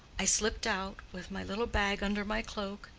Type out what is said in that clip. i slipped out, with my little bag under my cloak,